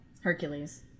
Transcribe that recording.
hercules